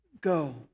go